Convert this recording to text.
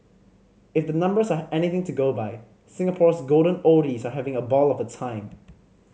if the numbers are anything to go by Singapore's golden oldies are having a ball of a time